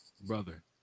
Brother